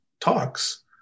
talks